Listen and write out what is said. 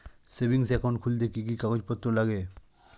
Savings account খুলতে কি কি কাগজপত্র লাগে?